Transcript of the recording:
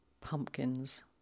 pumpkins